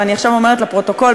ואני עכשיו אומרת לפרוטוקול,